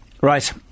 Right